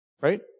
Right